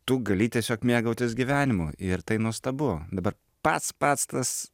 tu gali tiesiog mėgautis gyvenimu ir tai nuostabu dabar pats pats tas